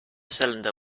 cylinder